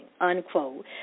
unquote